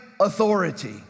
authority